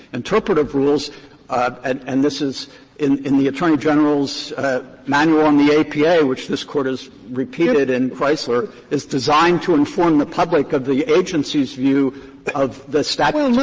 interpretative rules and and this is in in the attorney general's manual on the apa, which this court has repeated in chrysler, is designed to inform the public of the agency's view of the statutes and